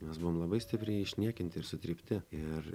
mes buvom labai stipriai išniekinti ir sutrypti ir